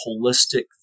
holistic